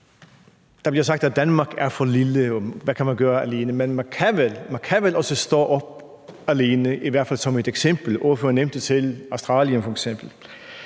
Der bliver sagt, at Danmark er for lille, og spurgt: Hvad kan man gøre alene? Men man kan vel også stå op for noget alene, i hvert fald som et eksempel. Ordføreren nævnte selv Australien som et eksempel.